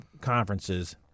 conferences